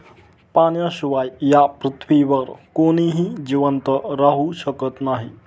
पाण्याशिवाय या पृथ्वीवर कोणीही जिवंत राहू शकत नाही